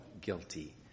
guilty